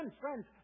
friends